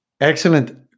Excellent